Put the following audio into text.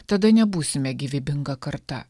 tada nebūsime gyvybinga karta